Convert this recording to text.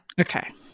Okay